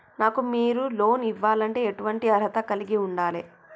నాకు మీరు లోన్ ఇవ్వాలంటే ఎటువంటి అర్హత కలిగి వుండాలే?